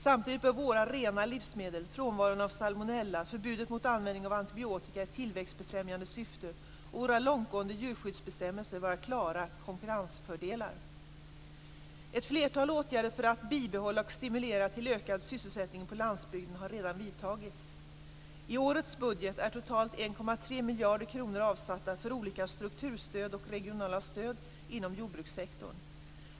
Samtidigt bör våra rena livsmedel, frånvaron av salmonella, förbudet mot användning av antibiotika i tillväxtbefrämjande syfte och våra långtgående djurskyddsbestämmelser vara klara konkurrensfördelar. Ett flertal åtgärder för att bibehålla och stimulera till ökad sysselsättning på landsbygden har redan vidtagits. I årets budget är totalt 1,3 miljarder kronor avsatta för olika strukturstöd och regionala stöd inom jordbrukssektorn.